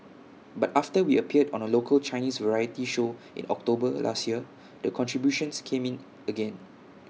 but after we appeared on A local Chinese variety show in October last year the contributions came in again